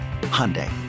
Hyundai